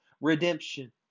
redemption